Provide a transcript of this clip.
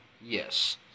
yes